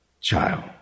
child